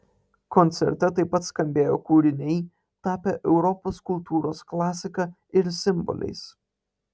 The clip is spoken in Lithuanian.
koncerte taip pat skambėjo kūriniai tapę europos kultūros klasika ir simboliais